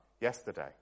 yesterday